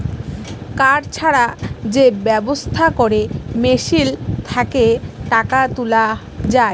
card ছাড়া যে ব্যবস্থা ক্যরে মেশিল থ্যাকে টাকা তুলা যায়